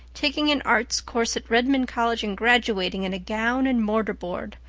taking an arts course at redmond college, and graduating in a gown and mortar board,